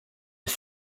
ist